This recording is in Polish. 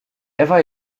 ewa